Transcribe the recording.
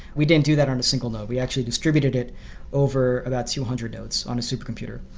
we didn't do that on a single node. we actually distributed it over about two hundred nodes on supercomputer.